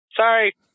Sorry